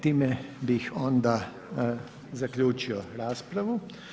Time bih onda zaključio raspravu.